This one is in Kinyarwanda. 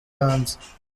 hanze